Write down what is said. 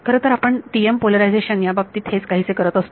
खरंतर आपण TM polarisation याबाबतीत हेच काहीसे करत असतो